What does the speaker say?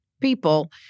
people